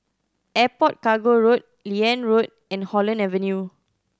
Airport Cargo Road Liane Road and Holland Avenue